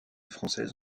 française